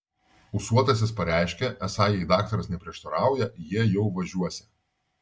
ūsuotasis pareiškė esą jei daktaras neprieštarauja jie jau važiuosią